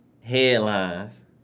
Headlines